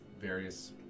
various